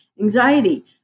anxiety